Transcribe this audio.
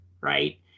right